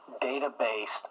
data-based